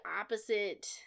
opposite